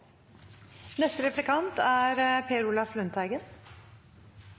Neste og siste replikant er